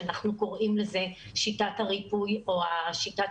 שאנחנו קוראים לזה שיטת הריפוי או שיטת